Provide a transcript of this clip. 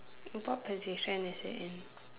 what position is it in